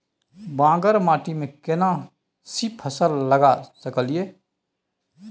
बांगर माटी में केना सी फल लगा सकलिए?